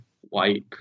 white